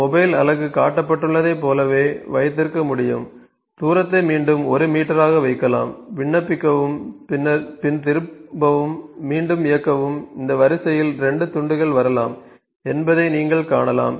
mobile அலகு காட்டப்பட்டுள்ளதைப் போலவே வைத்திருக்க முடியும் தூரத்தை மீண்டும் 1 மீட்டராக வைக்கலாம் விண்ணப்பிக்கவும் பின் திரும்பவும் மீண்டும் இயக்கவும் இந்த வரிசையில் 2 துண்டுகள் வரலாம் என்பதை நீங்கள் காணலாம்